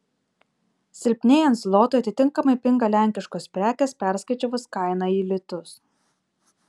silpnėjant zlotui atitinkamai pinga lenkiškos prekės perskaičiavus kainą į litus